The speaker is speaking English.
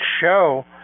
show